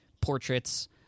portraits